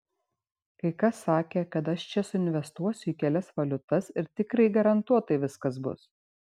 kai kas sakė kad aš čia suinvestuosiu į kelias valiutas ir tikrai garantuotai viskas bus